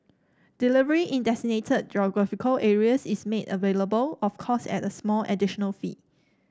delivery in designated geographical areas is made available of course at a small additional fee